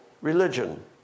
religion